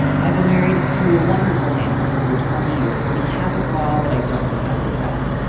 i've been married to a wonderful man for over twenty years, but he has a flaw that i don't know how to address.